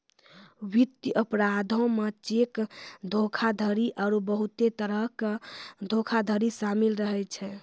वित्तीय अपराधो मे चेक धोखाधड़ी आरु बहुते तरहो के धोखाधड़ी शामिल रहै छै